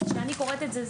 כשאני קוראת את זה,